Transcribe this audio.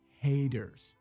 haters